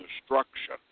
destruction